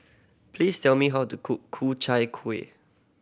please tell me how to cook Ku Chai Kueh